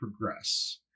progress